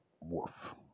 Wolf